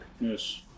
Yes